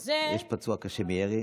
יש פצוע קשה מירי.